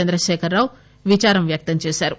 చంద్రశేఖర్ రావు విచారం వ్యక్తంచేశారు